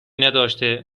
نداشته